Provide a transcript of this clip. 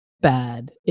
bad